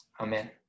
Amen